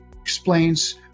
explains